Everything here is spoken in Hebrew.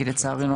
כי לצערנו,